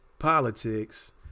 politics